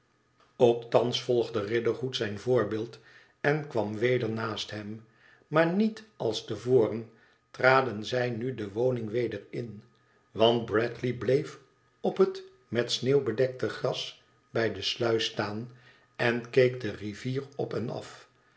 ook thans volgde riderhood zijn voorbeeld en kwam weder naast hem maar niet als te voren traden zij nu de woning weder in want bradley bleef op het met sneeuw bedekte gras bij de sluis staan en keek de rivier op en af